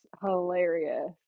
hilarious